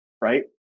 right